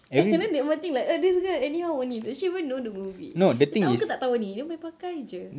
and then people think like err this girl anyhow only does she even know the movie dia tahu ke tak tahu ni dia main pakai jer